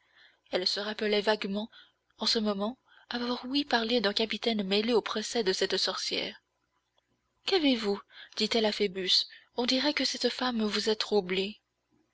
elle se rappelait vaguement en ce moment avoir ouï parler d'un capitaine mêlé au procès de cette sorcière qu'avez-vous dit-elle à phoebus on dirait que cette femme vous a troublé